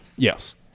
Yes